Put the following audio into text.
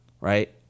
Right